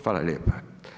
Hvala lijepa.